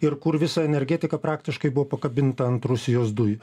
ir kur visa energetika praktiškai buvo pakabinta ant rusijos dujų